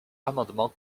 amendement